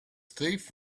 thief